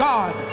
God